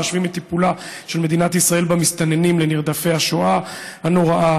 המשווים את טיפולה של מדינת ישראל במסתננים לנרדפי השואה הנוראה.